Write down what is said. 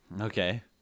Okay